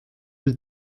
lui